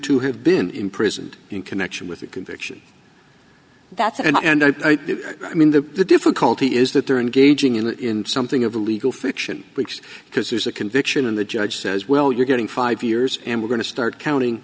to have been imprisoned in connection with a conviction that's and i mean the the difficulty is that they're engaging in something of a legal fiction weeks because there's a conviction and the judge says well you're getting five years and we're going to start counting